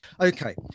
okay